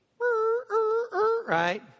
Right